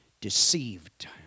deceived